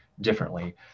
differently